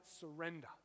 surrender